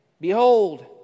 behold